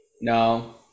No